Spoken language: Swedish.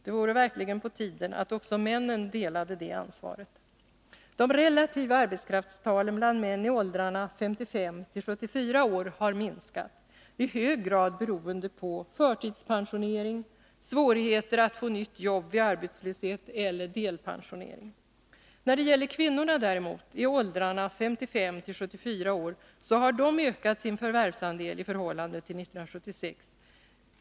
Det vore verkligen på tiden att också männen delade det ansvaret. De relativa arbetskraftstalen bland män i åldrarna 55-74 år har minskat, i hög grad beroende på förtidspensionering, svårigheter att få nytt jobb vid arbetslöshet eller delpensionering. När det däremot gäller kvinnorna i åldrarna 55-74 år, så har de ökat sin förvärvsandel i förhållande till 1976.